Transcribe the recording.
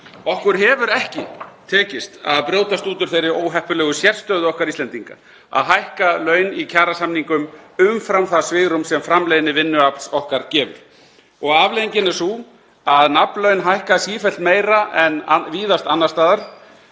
Okkur hefur ekki tekist að brjótast út úr þeirri óheppilegu sérstöðu okkar Íslendinga að hækka laun í kjarasamningum umfram það svigrúm sem framleiðni vinnuafls okkar gefur. Afleiðingin er sú að nafnlaun hækka sífellt meira en víðast annars staðar.